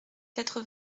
quatre